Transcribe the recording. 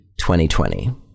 2020